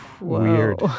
weird